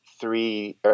three